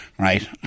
right